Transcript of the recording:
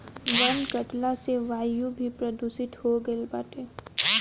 वन कटला से वायु भी प्रदूषित हो गईल बाटे